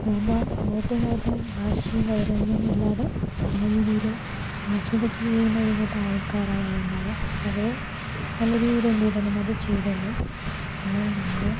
അതാകുമ്പോൾ അങ്ങോട്ടും ഇങ്ങോട്ടും വാശിയും വൈരാഗ്യവും ഇല്ലാതെ നല്ല രീതിയിൽ ആസ്വദിച്ച് ചെയ്യുന്ന ഒരു കൂട്ടം ആൾക്കാരാണ് അവിടെ ഉണ്ടാവുക അപ്പം അത് നല്ല രീതിയിൽ എന്ത് ചെയ്തോളും അത് ചെയ്തോളും നമ്മൾ നമ്മടെ